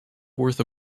worth